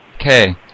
Okay